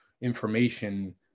information